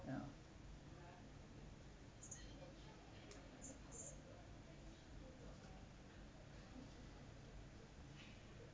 ya